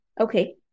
Okay